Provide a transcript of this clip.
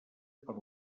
per